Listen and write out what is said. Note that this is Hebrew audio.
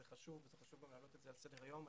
חשוב וגם חשוב לה עלות את זה על סדר היום.